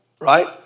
right